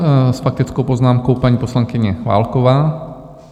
S faktickou poznámkou paní poslankyně Válková.